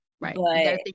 right